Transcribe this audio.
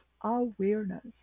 awareness